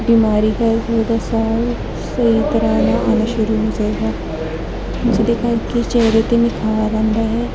ਬਿਮਾਰੀ ਹੈ ਉਹਦਾ ਸਾਹ ਸਹੀ ਤਰ੍ਹਾਂ ਨਾਲ ਆਉਣਾ ਸ਼ੁਰੂ ਹੋ ਜਾਏਗਾ ਜਿਹਦੇ ਕਰਕੇ ਚਿਹਰੇ 'ਤੇ ਨਿਖਾਰ ਆਉਂਦਾ ਹੈ